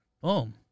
Boom